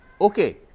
okay